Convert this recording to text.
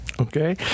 Okay